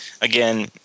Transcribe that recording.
Again